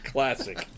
Classic